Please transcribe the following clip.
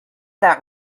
that